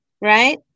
right